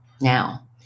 Now